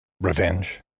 Revenge